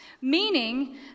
meaning